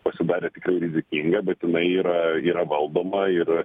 pasidarė tikrai rizikinga bet jinai yra yra valdoma ir